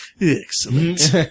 Excellent